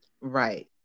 Right